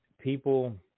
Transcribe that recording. people